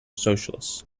socialists